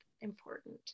important